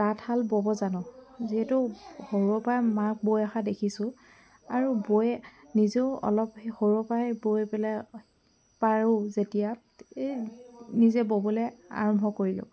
তাঁতশাল ব'ব জানো যিহেতু সৰুৰেপৰাই মাক বৈ অহা দেখিছোঁ আৰু বৈ নিজেও অলপ সৰুৰেপৰা বৈ পেলাই পাৰোঁ যেতিয়া সেই নিজে ব'বলৈ আৰম্ভ কৰিলোঁ